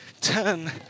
turn